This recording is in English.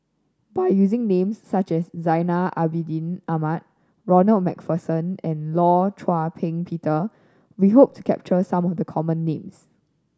by using names such as Zainal Abidin Ahmad Ronald Macpherson and Law Shau Ping Peter we hope to capture some of the common names